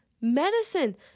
medicine